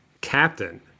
captain